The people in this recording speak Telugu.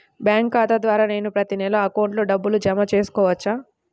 బ్యాంకు ఖాతా ద్వారా నేను ప్రతి నెల అకౌంట్లో డబ్బులు జమ చేసుకోవచ్చా?